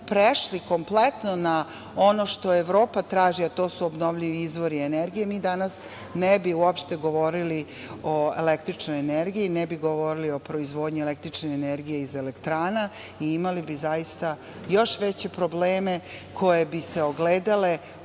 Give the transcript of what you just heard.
prešli kompletno na ono što Evropa traži, a to su obnovljivi izvori energije, mi danas ne bi uopšte govorili o električnoj energiji, ne bi govorili o proizvodnji električne energije iz elektrana i imali bi zaista još veće probleme koji bi se ogledali